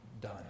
done